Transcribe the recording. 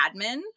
admin